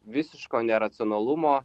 visiško neracionalumo